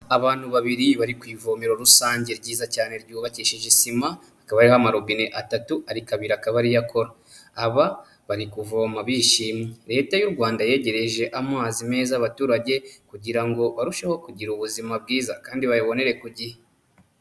Abantu babiri bari ku ivomero rusange ryiza cyane ryubakishije sima, akabariho amarobine atatu, ariko kabiri akaba ariyo akora, aba bari kuvoma bishimye, Leta y'u Rwanda yegereje amazi meza abaturage, kugira ngo barusheho kugira ubuzima bwiza kandi bayabonere ku gihe.